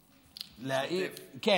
להעיר, להשתתף?